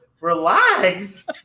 relax